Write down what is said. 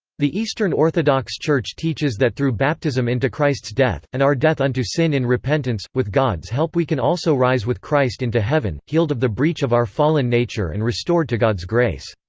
the eastern orthodox church teaches that through baptism into christ's death, and our death unto sin in repentance, with god's help we can also rise with christ into heaven, healed of the breach of our fallen nature and restored to god's grace.